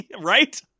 Right